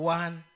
one